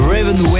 Raven